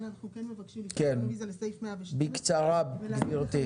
אנחנו כן מבקשים לפנות לסעיף 102- -- בקצרה גברתי.